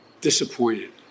disappointed